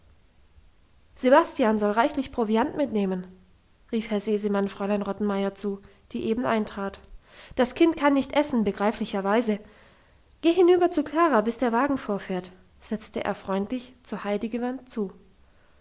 sebastian soll reichlich proviant mitnehmen rief herr sesemann fräulein rottenmeier zu die eben eintrat das kind kann nicht essen begreiflicherweise geh hinüber zu klara bis der wagen vorfährt setzte er freundlich zu heidi gewandt hinzu